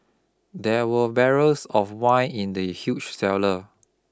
there were barrels of wine in the huge cellar